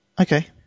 Okay